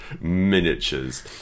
Miniatures